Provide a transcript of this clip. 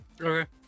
okay